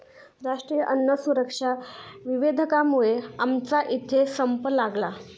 राष्ट्रीय अन्न सुरक्षा विधेयकामुळे आमच्या इथे संप लागला